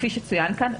כפי שצוין כאן,